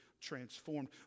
transformed